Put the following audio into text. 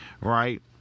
Right